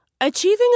Achieving